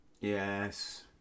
yes